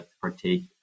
partake